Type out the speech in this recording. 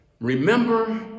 Remember